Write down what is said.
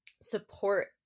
support